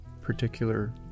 particular